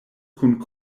kun